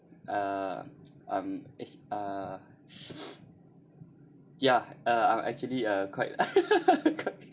uh I'm uh ya uh I'm actually uh quite